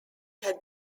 had